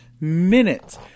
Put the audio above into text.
minutes